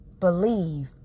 believe